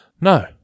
No